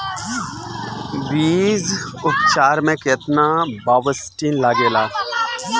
बीज उपचार में केतना बावस्टीन लागेला?